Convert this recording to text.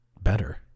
better